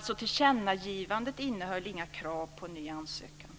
Tillkännagivandet innehöll inga krav på en ny ansökan